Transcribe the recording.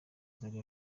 zari